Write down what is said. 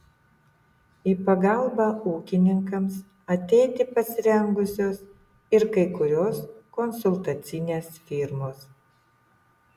į pagalbą ūkininkams ateiti pasirengusios ir kai kurios konsultacinės firmos